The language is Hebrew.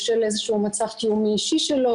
בשל איזה שהוא מצב קיומי אישי שלו,